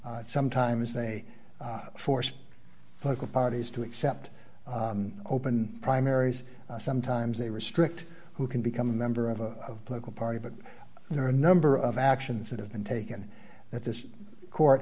sometimes they force political parties to accept open primaries sometimes they restrict who can become a member of a political party but there are a number of actions that have been taken that this court